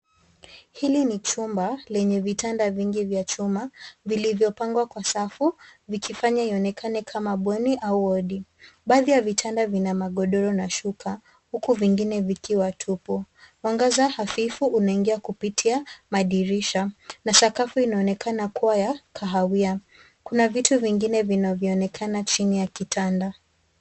Hili chumba lenye vitanda vingi vya chuma vilivyopangwa kwa safu vikifanya ionekane kama bweni au wodi. Baadhi ya vitanda vina magodoro na shuka huku vingine vikiwa tupu. Mwangaza hafifu unaingia kupitia madirisha na sakafu inaonekana kuwa ya kahawia. Kuna vitu vingine vinavyoonekana chini ya kitanda.